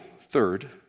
third